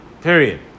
period